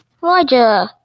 Roger